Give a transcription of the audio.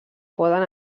poden